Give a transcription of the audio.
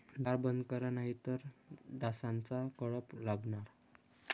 दार बंद करा नाहीतर डासांचा कळप लागणार